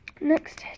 Next